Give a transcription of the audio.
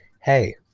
Hey